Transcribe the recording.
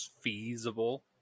feasible